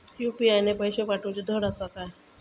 UPI ने पैशे पाठवूचे धड आसा काय?